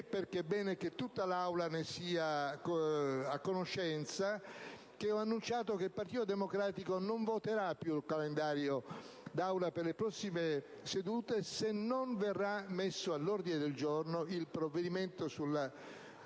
perché è bene che tutta l'Aula ne sia a conoscenza, che ho annunciato che il Partito Democratico non voterà più il calendario dei lavori dell'Assemblea per le prossime settimane se non verranno messi all'ordine del giorno i provvedimenti sulla